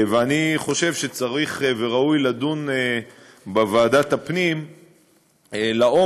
ואני חושב שצריך וראוי לדון בוועדת הפנים לעומק